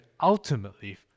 ultimately